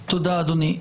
תודה, אדוני.